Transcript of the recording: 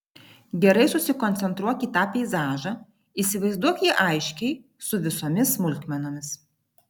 gerai susikoncentruok į tą peizažą įsivaizduok jį aiškiai su visomis smulkmenomis